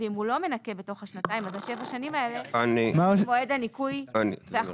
ואם הוא לא מנכה בתוך שנתיים שבע השנים האלה הן מועד הניכוי ואחורה,